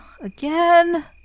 Again